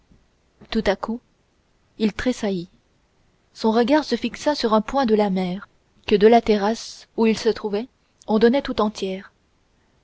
tout à coup il tressaillit son regard se fixa sur un point de la mer que de la terrasse où il se trouvait on dominait tout entière